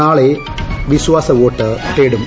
നാളെ വിശ്വാസവോട്ട് തേടും